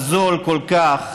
הזול כל כך,